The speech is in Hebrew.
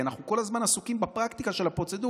כי אנחנו כל הזמן עסוקים בפרקטיקה של הפרוצדורות,